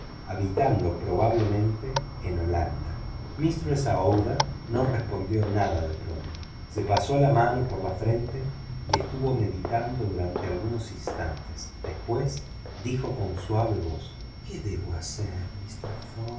habitando probablemente en holanda aouida al pronto no respondió nada se pasó la mano por la frente y estuvo meditando durante algunos instantes después dijo con suave voz qué debo hacer mister